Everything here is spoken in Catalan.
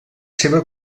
seva